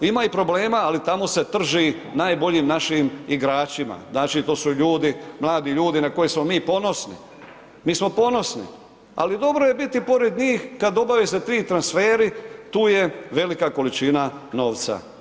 Ima i problema ali tamo se trži najboljim našim igračima, znači to su mladi ljudi na koje smo mi ponosni, mi smo ponosni, ali dobro je biti pored njih kad obave se ti transferi tu je velika količina novca.